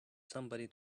somebody